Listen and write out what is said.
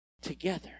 together